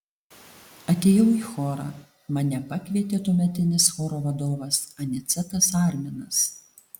atėjau į chorą mane pakvietė tuometinis choro vadovas anicetas arminas